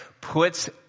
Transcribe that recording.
puts